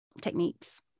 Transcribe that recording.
techniques